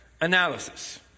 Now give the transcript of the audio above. analysis